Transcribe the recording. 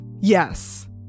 yes